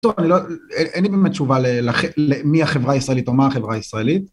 טוב, אין לי באמת תשובה למי החברה הישראלית או מה החברה הישראלית.